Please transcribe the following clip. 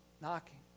knocking